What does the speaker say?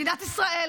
מדינת ישראל